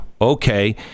okay